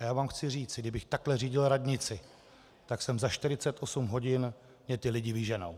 A já vám chci říci, kdybych takhle řídil radnici, tak jsem za 48 hodin mě ty lidi vyženou.